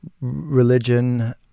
religion